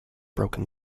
broken